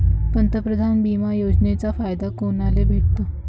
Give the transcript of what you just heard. पंतप्रधान बिमा योजनेचा फायदा कुनाले भेटतो?